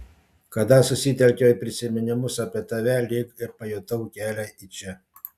kada susitelkiau į prisiminimus apie tave lyg ir pajutau kelią į čia